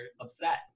upset